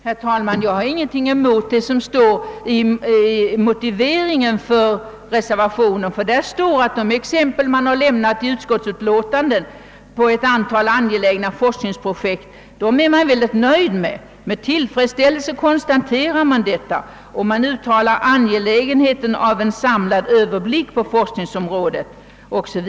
Herr talman! Jag har ingenting emot det som står i motiveringen till reservationen. Där skrivs att reservanterna är nöjda med de exempel som i utskottsutlåtandet lämnats på ett antal angelägna forskningsprojekt. Reservanterna konstaterar detta med tillfredsställelse och uttalar att det är angeläget med en samlad överblick på forskningsområdet 0. s. v.